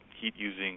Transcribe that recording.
heat-using